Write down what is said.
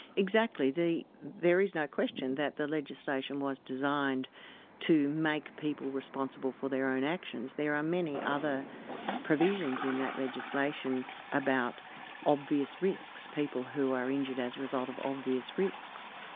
exactly. there is no question that the legislation was designed to make people responsible for their own actions. there are many other provisions in that legislation about obvious risks, people who are injured as a result of obvious risks,